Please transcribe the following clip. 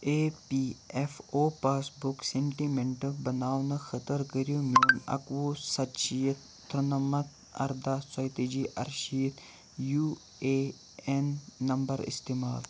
A P F O pass book سینٛٹِمٮ۪نٹل بناونہٕ خٲطر کٔرِو میٛون اَکوُہ ستہٕ شیٖتھ تُرٛنَمتھ اَرٕداہ ژۄیہِ تٲجی اَرٕشیٖتھ یوٗ اےٚ این نمبر اِستعمال